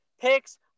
picks